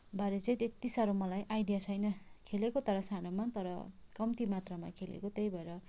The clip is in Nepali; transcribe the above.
बारे चाहिँ मलाई त्यत्ति साह्रो आइडिया छैन खेलेको तर सानोमा तर कम्ती मात्रामा खेलेको त्यही भएर